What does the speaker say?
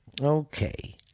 Okay